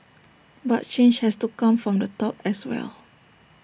but change has to come from the top as well